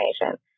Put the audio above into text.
information